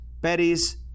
Betty's